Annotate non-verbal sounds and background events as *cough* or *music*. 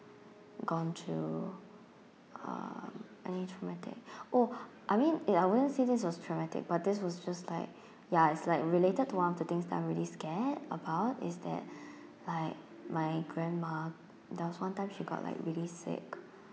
gone through um any traumatic oh I mean eh I wouldn't say this was traumatic but this was just like *breath* ya it's like related to one of the things that I'm really scared about is that *breath* like my grandma there was one time she got like really sick